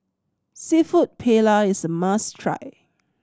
Seafood Paella is a must try